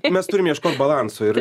mes turim ieškot balanso ir